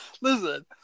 Listen